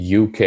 UK